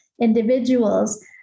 individuals